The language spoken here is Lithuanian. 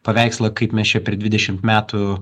paveikslą kaip mes čia per dvidešimt metų